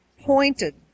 pointed